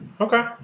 Okay